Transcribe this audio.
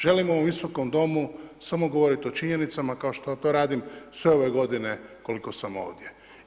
Želim u ovom Visokom domu samo govoriti o činjenicama kao što to radim sve ove godine koliko sam ovdje.